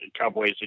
Cowboys